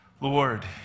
Lord